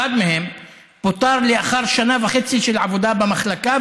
אחד מהם פוטר לאחר שנה וחצי של עבודה במחלקה,